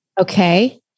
Okay